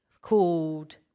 called